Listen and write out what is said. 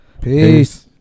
Peace